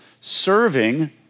serving